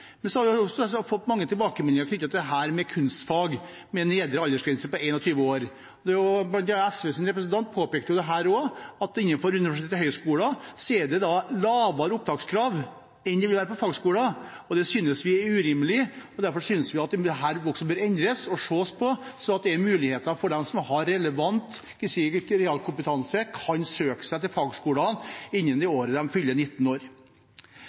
men vi har også fått mange tilbakemeldinger knyttet til kunstfag og en nedre aldersgrense på 21 år. Blant annet SVs representant påpekte at innenfor universiteter og høyskoler er det lavere opptakskrav enn det vil være på fagskoler, og det synes vi er urimelig. Derfor synes vi dette er noe som bør endres og ses på, slik at det er muligheter for dem som har relevant realkompetanse, til å søke seg til fagskolene innen det året de fyller 19 år.